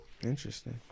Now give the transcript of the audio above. Interesting